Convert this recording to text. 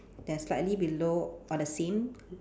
then slightly below on the same